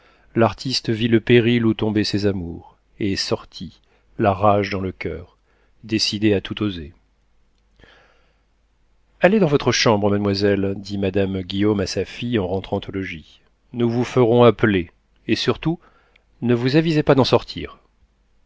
l'artiste vit le péril où tombaient ses amours et sortit la rage dans le coeur décidé à tout oser allez dans votre chambre mademoiselle dit madame guillaume à sa fille en rentrant au logis nous vous ferons appeler et surtout ne vous avisez pas d'en sortir